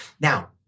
Now